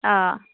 অঁ